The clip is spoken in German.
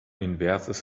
inverses